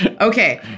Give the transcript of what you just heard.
Okay